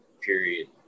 period